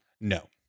No